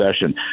session